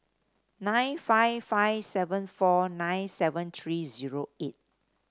nine five five seven four nine seven three zero eight